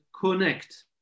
connect